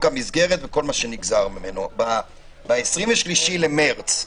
המסגרת וכל מה שנגזר ממנו - ב-23 במרס,